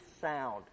sound